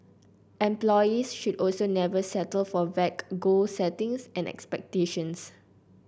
employees should also never settle for vague goal settings and expectations